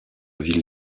ville